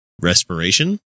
respiration